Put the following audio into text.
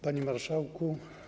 Panie Marszałku!